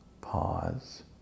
pause